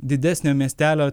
didesnio miestelio